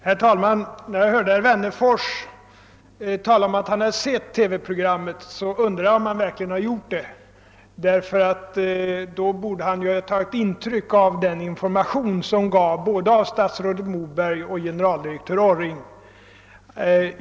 Herr talman! Herr Wennerfors talar om att han har sett TV-programmet, men jag undrar om han verkligen har gjort det. I så fall borde han ju ha tagit intryck av den information som gavs både av statsrådet Moberg och av generaldirektör Orring.